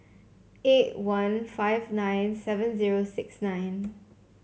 eight one five nine seven zero six nine